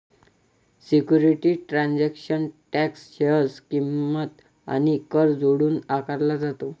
securities transaction tax share किंमत आणि कर जोडून आकारला जातो